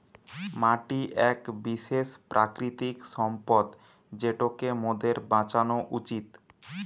মাটি এক বিশেষ প্রাকৃতিক সম্পদ যেটোকে মোদের বাঁচানো উচিত